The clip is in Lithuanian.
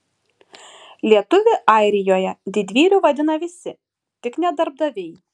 lietuvį airijoje didvyriu vadina visi tik ne darbdaviai